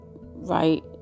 right